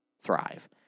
thrive